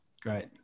Great